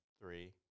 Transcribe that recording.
three